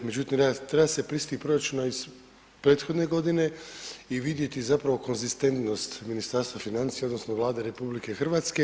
Međutim treba se prisjetiti proračuna iz prethodne godine i vidjeti zapravo konzistentnost Ministarstva financija odnosno Vlade RH.